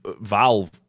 Valve